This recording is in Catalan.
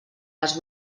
les